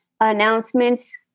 announcements